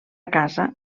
casa